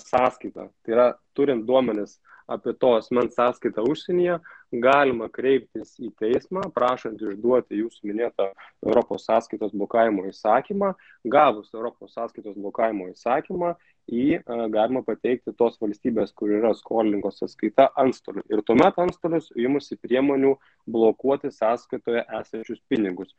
sąskaitą tai yra turint duomenis apie to asmens sąskaitą užsienyje galima kreiptis į teismą prašant išduoti jūsų minėtą europos sąskaitos blokavimo įsakymą gavus europos sąskaitos blokavimo įsakymą jį a galima pateikti tos valstybės kur yra skolininko sąskaita antstoliui ir tuomet antstolis imasi priemonių blokuoti sąskaitoje esančius pinigus